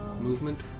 Movement